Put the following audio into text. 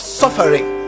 suffering